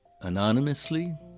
anonymously